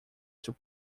two